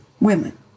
women